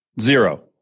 Zero